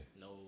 no